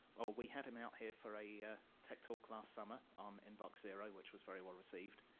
we had him out here for a techtalk last summer on inbox zero which was very well received.